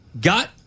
got